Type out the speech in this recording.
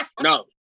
No